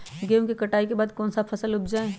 गेंहू के कटाई के बाद कौन सा फसल उप जाए?